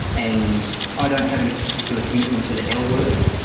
and i don't have any particular commitment to the l-word,